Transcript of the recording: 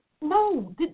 No